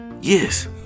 yes